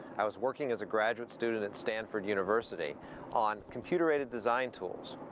i was working as a graduate student at stanford university on computer aided design tools.